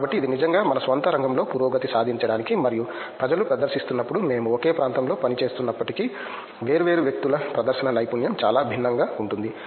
కాబట్టి ఇది నిజంగా మన స్వంత రంగంలో పురోగతి సాధించడానికి మరియు ప్రజలు ప్రదర్శిస్తున్నప్పుడు మేము ఒకే ప్రాంతంలో పనిచేస్తున్నప్పటికీ వేర్వేరు వ్యక్తుల ప్రదర్శన నైపుణ్యం చాలా భిన్నంగా ఉంటుంది